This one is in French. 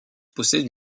possède